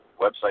website